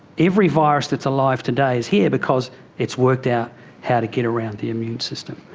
every virus that's alive today is here because it's worked out how to get around the immune system.